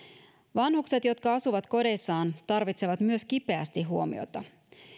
vanhukset jotka asuvat kodeissaan tarvitsevat myös kipeästi huomiota